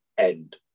end